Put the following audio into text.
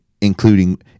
including